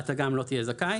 אתה גם לא תהיה זכאי.